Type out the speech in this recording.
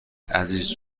عزیز